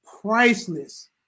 priceless